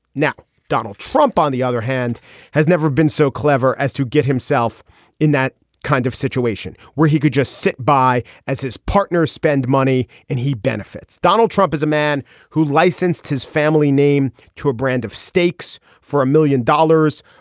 now donald trump on the other hand has never been so clever as to get himself in that kind of situation where he could just sit by as his partner spend money and he benefits. donald trump is a man who licensed his family name to a brand of steaks for a million dollars.